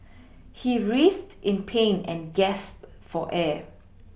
he writhed in pain and gasped for air